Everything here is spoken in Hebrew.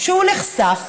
שהוא נחשף,